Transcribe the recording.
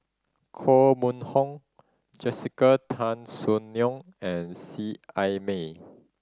Koh Mun Hong Jessica Tan Soon Neo and Seet Ai Mee